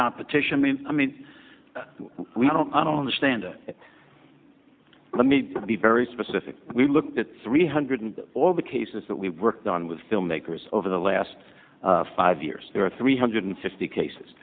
competition i mean we don't i don't understand let me be very specific we look at three hundred all the cases that we worked on with filmmakers over the last five years there are three hundred fifty cases